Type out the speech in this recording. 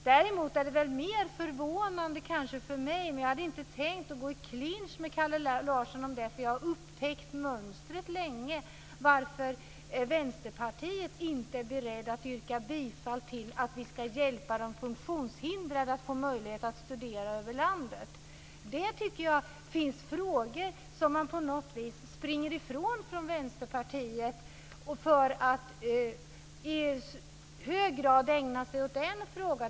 Däremot är det mer förvånande för mig - jag hade inte tänkt att gå i clinch med Kalle Larsson om det för jag har upptäckt mönstret sedan länge - att man från Vänsterpartiet inte är beredd att yrka bifall till att vi ska hjälpa de funktionshindrade att få möjlighet att studera över hela landet. Det finns frågor som man från Vänsterpartiet på något vis springer ifrån för att i hög grad ägna sig åt en fråga.